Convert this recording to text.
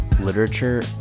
literature